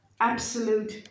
absolute